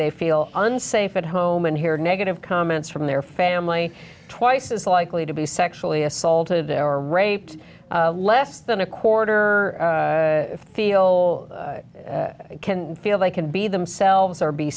they feel unsafe at home and hear negative comments from their family twice as likely to be so sexually assaulted or raped less than a quarter feel can feel they can be themselves or be